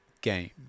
game